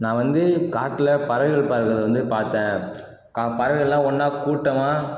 நான் வந்து காட்டில் பறவைகள் பறக்கிறதை வந்து பார்த்தேன் க பறவைகள் எல்லாம் ஒன்றா கூட்டமாக